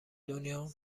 دنیا